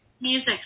music